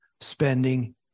spending